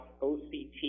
OCT